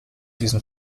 diesen